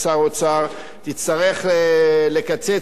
תצטרך לקצץ כל כך הרבה,